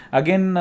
again